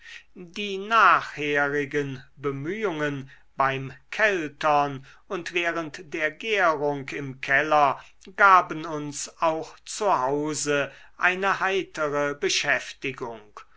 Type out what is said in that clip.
die nachherigen bemühungen beim keltern und während der gärung im keller gaben uns auch zu hause eine heitere beschäftigung